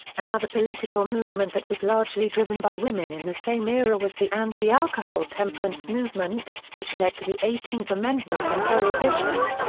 another political movement that was largely driven by women in the same era was the anti-alcohol temperance movement, which led to the eighteenth amendment and prohibition.